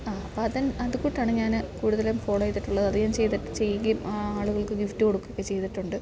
ആ അപ്പം അത്കൂട്ടാണ് ഞാൻ കൂടുതലും ഫോളോ ചെയ്തിട്ടുള്ളത് അത് ഞാൻ ചെയ്യുകയും ആളുകൾക്ക് ഗിഫറ്റ് കൊടുക്കുകയൊക്കെ ചെയ്തിട്ടുണ്ട്